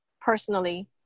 personally